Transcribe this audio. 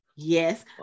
Yes